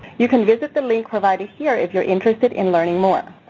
you can visit the link provided here if you are interested in learning more.